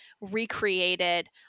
recreated